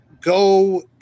go